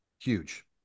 huge